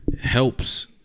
helps